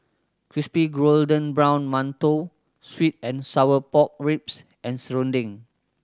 crispy golden brown mantou sweet and sour pork ribs and serunding